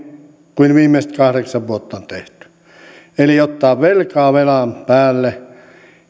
kuin viimeiset kahdeksan vuotta on tehty eli ottaa velkaa velan päälle